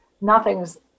nothing's